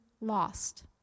lost